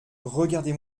regardez